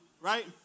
right